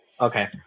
okay